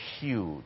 huge